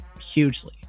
hugely